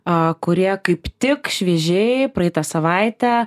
a kurie kaip tik šviežiai praeitą savaitę